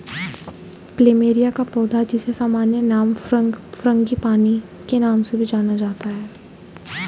plumeria का पौधा, जिसे सामान्य नाम फ्रांगीपानी के नाम से भी जाना जाता है